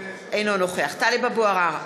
אינו נוכח טלב אבו עראר,